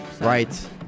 Right